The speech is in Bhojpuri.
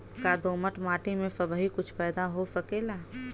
का दोमट माटी में सबही कुछ पैदा हो सकेला?